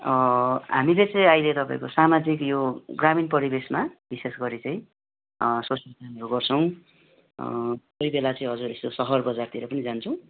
हामीले चाहिँ अहिले तपाईँको सामाजिक यो ग्रामीण परिवेशमा विशेष गरी चाहिँ सोसियल चेन्जहरू गर्छौँ कोही बेला चाहिँ हजुर यसो सहर बजारतिर पनि जान्छौँ